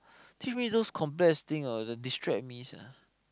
teach me those complex things ah to distract me sia